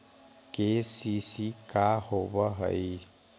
KCC का होव हइ?